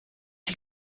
you